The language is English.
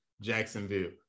Jacksonville